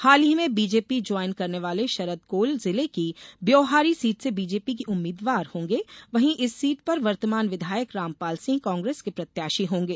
हाल ही में BJP join करने वाले शरद कोल जिले की ब्योहारी सीट से बीजेपी के उम्मीदवार होंगे वहीं इस सीट पर वर्तमान विघायक रामपाल सिंह कांग्रेस के प्रत्याशी होंगे